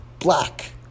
Black